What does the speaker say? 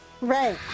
Right